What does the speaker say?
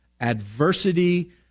adversity